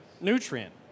nutrient